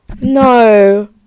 No